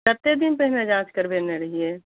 कतेक दिन पहिने जाँच करबेने रहिए